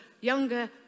younger